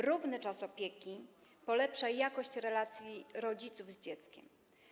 Równy czas opieki polepsza jakość relacji rodziców z dzieckiem.